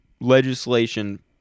legislation